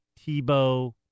Tebow